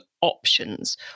options